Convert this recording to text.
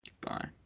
Goodbye